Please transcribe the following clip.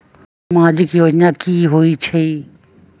समाजिक योजना की होई छई?